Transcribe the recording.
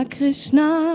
Krishna